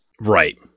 right